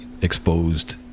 exposed